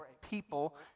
people